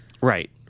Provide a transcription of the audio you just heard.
Right